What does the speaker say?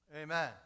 Amen